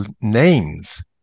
names